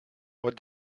what